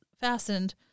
fastened